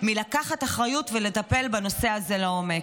מלקחת אחריות ולטפל בנושא הזה לעומק.